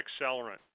accelerant